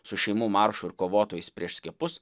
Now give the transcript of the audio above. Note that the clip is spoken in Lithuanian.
su šeimų maršu ir kovotojais prieš skiepus